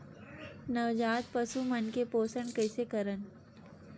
नवजात पशु मन के पोषण कइसे करन?